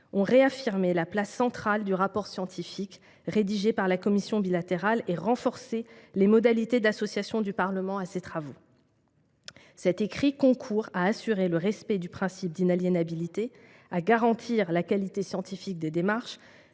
ont réaffirmé la place centrale du rapport scientifique rédigé par la commission bilatérale et ont renforcé les modalités d’association du Parlement à ces travaux. Cet écrit concourt à assurer le respect du principe d’inaliénabilité, à garantir la qualité scientifique des démarches,